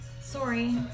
Sorry